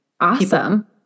Awesome